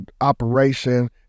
operation